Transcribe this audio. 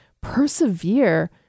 persevere